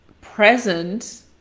present